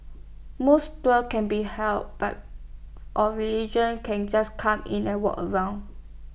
mosque tours can be held by or religion can just come in and walk around